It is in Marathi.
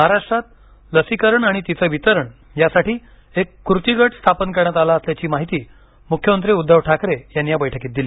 महाराष्ट्रात लसीकरण आणि तिचे वितरण यासाठी एक कृती गट स्थापन करण्यात आला असल्याची माहिती मुख्यमंत्री उद्दव ठाकरे यांनी या बैठकीत दिली